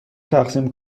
تقسیم